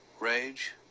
rage